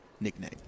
nickname